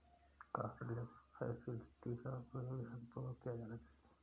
cardless facility का उपयोग ध्यानपूर्वक किया जाना चाहिए